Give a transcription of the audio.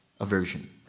aversion